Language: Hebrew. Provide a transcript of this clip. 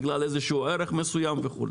בגלל איזשהו ערך מסוים וכו'.